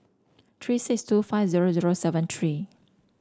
three six two five zero zero seven three